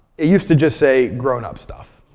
it used to just say grown up stuff.